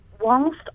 whilst